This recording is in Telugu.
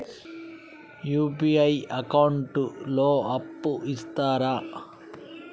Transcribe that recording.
యూ.పీ.ఐ అకౌంట్ లో అప్పు ఇస్తరా?